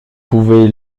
pouvez